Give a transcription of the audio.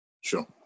Sure